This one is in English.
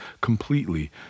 completely